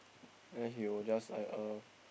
then he will just like uh